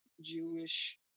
Jewish